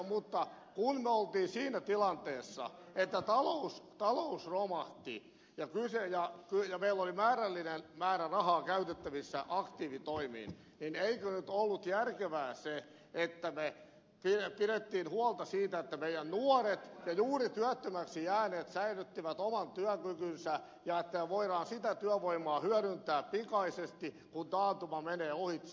mutta kun me olimme siinä tilanteessa että talous romahti ja meillä oli määrällinen määrä rahaa käytettävissä aktiivitoimiin niin eikö nyt ollut järkevää se että me pidimme huolta siitä että meidän nuoret ja juuri työttömäksi jääneet säilyttivät oman työkykynsä ja että me voimme sitä työvoimaa hyödyntää pikaisesti kun taantuma menee ohitse